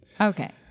Okay